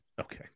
Okay